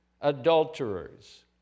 Adulterers